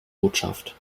botschaft